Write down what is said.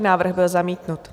Návrh byl zamítnut.